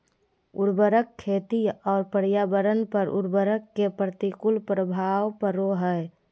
उर्वरक खेती और पर्यावरण पर उर्वरक के प्रतिकूल प्रभाव पड़ो हइ